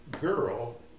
girl